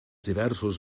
diversos